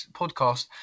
podcast